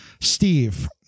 steve